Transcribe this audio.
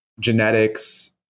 genetics